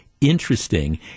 interesting